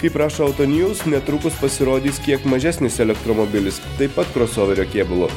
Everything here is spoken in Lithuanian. kaip rašo auto news jūs netrukus pasirodys kiek mažesnis elektromobilis taip pat krosoverio kėbulu